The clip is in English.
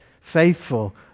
faithful